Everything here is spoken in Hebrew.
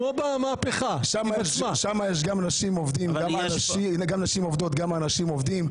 שם יש אנשים עובדים ונשים עובדות.